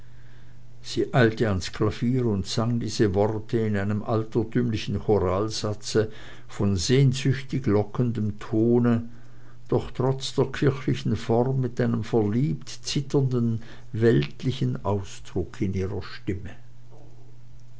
sie eilte ans klavier spielte und sang diese worte in einem altertümlichen choralsatze von sehnsüchtig lockendem tone doch trotz der kirchlichen form mit einem verliebt zitternden weltlichen ausdruck ihrer stimme